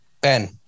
Ben